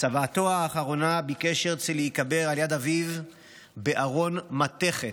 בצוואתו האחרונה ביקש הרצל להיקבר על יד אביו בארון מתכת,